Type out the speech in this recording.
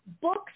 Books